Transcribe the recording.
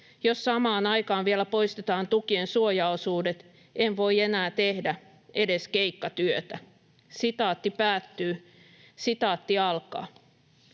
Jos samaan aikaan vielä poistetaan tukien suojaosuudet, en voi enää tehdä edes keikkatyötä.” ”Yksinhuoltajana